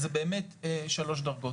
אז זה באמת שלוש דרגות.